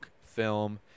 film